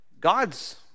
God's